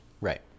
Right